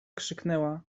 krzyknęła